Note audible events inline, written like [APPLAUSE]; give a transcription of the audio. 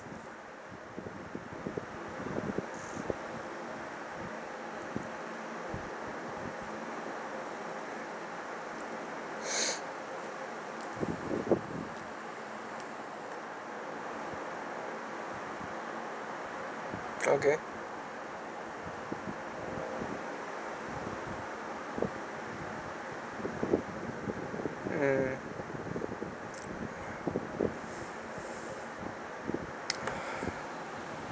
[BREATH] okay mm